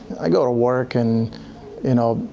i go to work and you know.